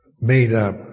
made-up